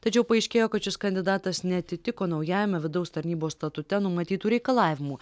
tačiau paaiškėjo kad šis kandidatas neatitiko naujajame vidaus tarnybos statute numatytų reikalavimų